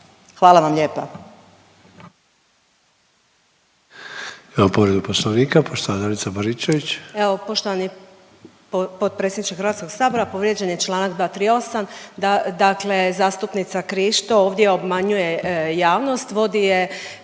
Hvala vam lijepa.